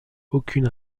aucune